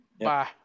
bye